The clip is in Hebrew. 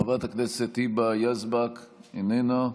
חברת הכנסת היבה יזבק, איננה,